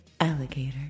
alligator